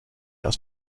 aus